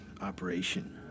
operation